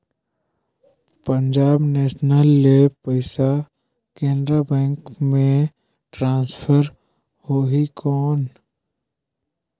Punjab National ले पइसा Canara bank मे ट्रांसफर होहि कौन?